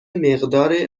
مقدار